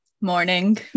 Morning